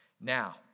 Now